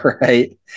right